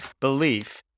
belief